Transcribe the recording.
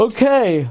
Okay